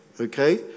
Okay